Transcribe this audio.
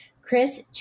Chris